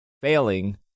failing